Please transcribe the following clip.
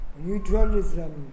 Neutralism